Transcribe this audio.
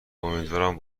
امیدوارم